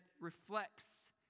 reflects